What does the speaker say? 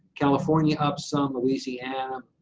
california up some, louisiana,